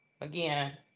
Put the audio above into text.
again